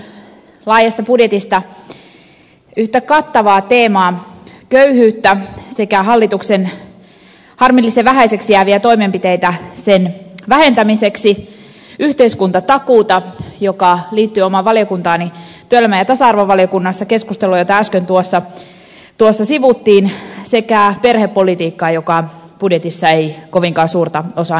käsittelen puheenvuorossani laajasta budjetista yhtä kattavaa teemaa köyhyyttä sekä hallituksen harmillisen vähäisiksi jääviä toimenpiteitä sen vähentämiseksi yhteiskuntatakuuta joka liittyy omaan valiokuntaani työelämä ja tasa arvovaliokunnassa käytyyn keskusteluun jota äsken sivuttiin sekä perhepolitiikkaa joka budjetissa ei kovinkaan suurta osaa näyttele